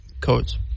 codes